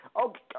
Okay